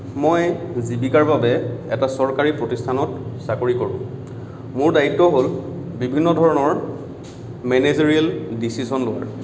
মই জীৱিকাৰ বাবে এটা চৰকাৰী প্ৰতিষ্ঠানত চাকৰি কৰোঁ মোৰ দায়িত্ব হ'ল বিভিন্ন ধৰণৰ মেনেজেৰিয়েল ডিচিছন লোৱাৰ